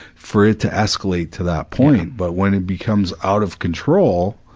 for it to escalate to that point, but when it becomes out of control,